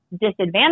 disadvantage